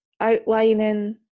outlining